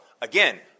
Again